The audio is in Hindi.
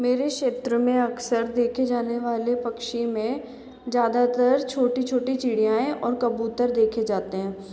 मेरे क्षेत्र में अक्सर देखे जाने वाले पक्षी में ज़्यादातर छोटी छोटी चिड़ियाएँ और कबूतर देखे जाते हैं